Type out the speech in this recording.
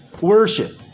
Worship